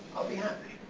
i'll be happy.